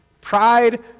Pride